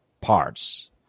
parts